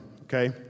okay